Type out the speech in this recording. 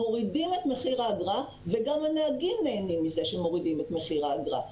מורידים את מחיר האגרה וגם הנהגים נהנים מזה שמורידים את מחיר האגרה,